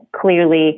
clearly